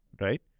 right